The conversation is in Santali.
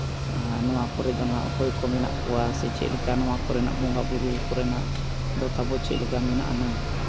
ᱟᱨ ᱱᱚᱣᱟ ᱠᱚᱨᱮ ᱫᱚ ᱦᱟᱸᱜ ᱚᱠᱚᱭ ᱠᱚ ᱢᱮᱱᱟᱜ ᱠᱚᱣᱟ ᱥᱮ ᱪᱮᱫ ᱞᱮᱠᱟ ᱱᱚᱣᱟ ᱠᱚᱨᱮᱱᱟᱜ ᱵᱚᱸᱜᱟᱼᱵᱳᱨᱳ ᱠᱚᱨᱮᱱᱟᱜ ᱫᱚ ᱛᱟᱵᱚ ᱪᱮᱫ ᱞᱮᱠᱟ ᱢᱮᱱᱟᱜ ᱟᱱᱟᱝ